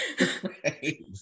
Right